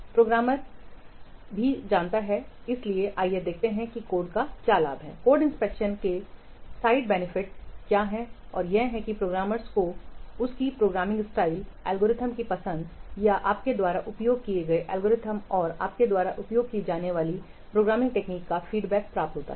programmer भी प्राप्त करता है इसलिए आइए देखें कि कोड का लाभ क्या हैं कोड इंस्पेक्शन के साइड बेनिफिट्स यह है कि प्रोग्रामर को उसकी प्रोग्रामिंग स्टाइल एल्गोरिदम की पसंद या आपके द्वारा उपयोग किए गए एल्गोरिथ्म और आपके द्वारा उपयोग की जाने वाली प्रोग्रामिंग तकनीकों का फीडबैक प्राप्त होता है